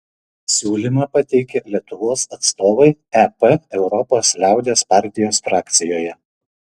siūlymą pateikė lietuvos atstovai ep europos liaudies partijos frakcijoje